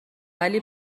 ولی